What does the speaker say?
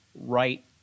right